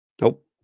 nope